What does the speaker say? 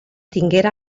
tinguera